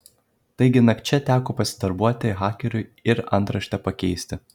taigi nakčia teko pasidarbuoti hakeriui ir antraštę pakeisti